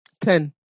Ten